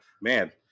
man